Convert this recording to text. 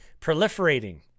proliferating